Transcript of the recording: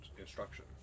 instruction